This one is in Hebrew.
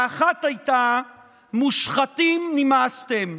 האחת הייתה "מושחתים, נמאסתם",